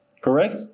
correct